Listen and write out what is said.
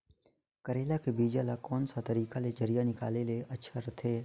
करेला के बीजा ला कोन सा तरीका ले जरिया निकाले ले अच्छा रथे?